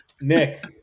Nick